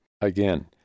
again